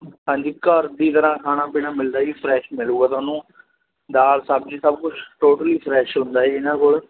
ਹਾਂਜੀ ਘਰ ਦੀ ਤਰ੍ਹਾਂ ਖਾਣਾ ਪੀਣਾ ਮਿਲਦਾ ਜੀ ਫਰੈਸ਼ ਮਿਲੇਗਾ ਤੁਹਾਨੂੰ ਦਾਲ ਸਬਜ਼ੀ ਸਭ ਕੁਝ ਟੋਟਲੀ ਫਰੈਸ਼ ਹੁੰਦਾ ਏ ਜੀ ਇਹਨਾਂ ਕੋਲ